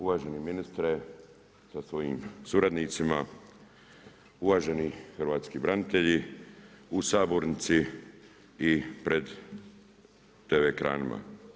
Uvaženi ministre, sa svojim suradnicima, uvaženi hrvatski branitelji u sabornici i pred TV ekranima.